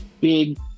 big